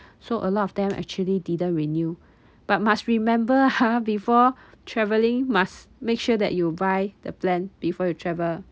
so a lot of them actually didn't renew but must remember !huh! before travelling must make sure that you buy the plan before you travel